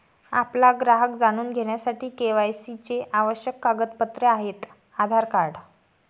आपला ग्राहक जाणून घेण्यासाठी के.वाय.सी चे आवश्यक कागदपत्रे आहेत आधार कार्ड